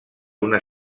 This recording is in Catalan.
una